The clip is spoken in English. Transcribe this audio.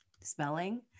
spelling